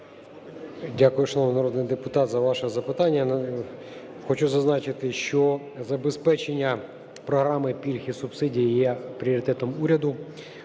Дякую, шановний народний депутат, за ваше запитання. Хочу зазначити, що забезпечення програми пільг і субсидій є пріоритетом уряду.